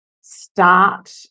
start